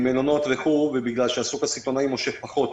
המלונות וכולי לא פעילים ובגלל שהשוק הסיטונאי מושך פחות.